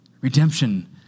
Redemption